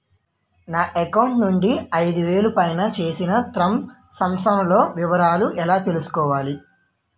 నా అకౌంట్ నుండి ఐదు వేలు పైన చేసిన త్రం సాంక్షన్ లో వివరాలు ఎలా తెలుసుకోవాలి?